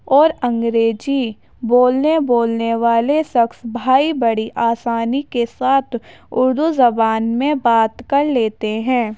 اور انگریزی بولنے بولنے والے شخص بھائی بڑی آسانی کے ساتھ اردو زبان میں بات کر لیتے ہیں